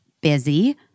busy